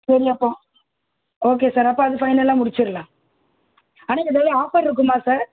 சரி அப்போ okay sir அப்போ அது ஃபைனலாக முடிச்சிடலாம் ஆனால் ஏதாவது ஆஃபர் இருக்குமா சார்